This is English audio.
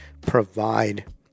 provide